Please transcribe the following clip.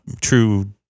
true